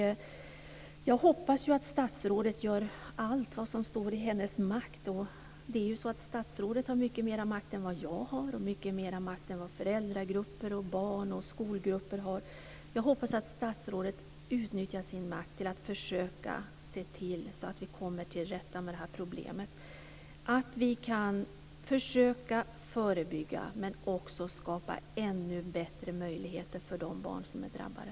Jag hoppas att statsrådet gör allt vad som står i hennes makt. Statsrådet har ju mycket mera makt än vad jag har och mycket mera makt än vad föräldragrupper, barn och skolgrupper har. Jag hoppas att statsrådet utnyttjar sin makt till att försöka se till att vi kommer till rätta med det här problemet. Vi måste försöka att förebygga men också skapa ännu bättre möjligheter för de barn som är drabbade.